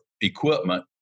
equipment